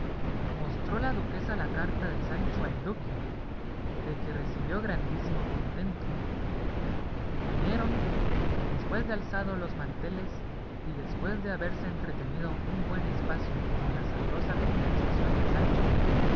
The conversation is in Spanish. mostró la duquesa la carta de sancho al duque de que recibió grandísimo contento comieron y después de alzado los manteles y después de haberse entretenido un buen espacio con la sabrosa conversación de sancho